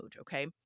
okay